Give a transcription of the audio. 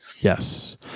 yes